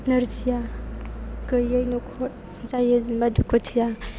नोरजिया गैयै न'खर जायो एबा दुखुथिया